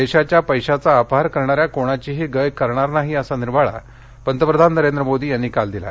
देशाच्या पैशाचा अपहार करणार्यास कोणाचीही गय करणार नाही असा निर्वाळा पंतप्रधान नरेंद्र मोदी यांनी काल दिला